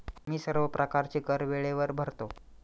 मी सर्व प्रकारचे कर वेळेवर भरतो